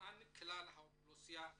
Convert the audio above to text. למען כלל האוכלוסייה האתיופית.